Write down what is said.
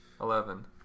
Eleven